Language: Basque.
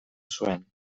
zuen